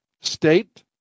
state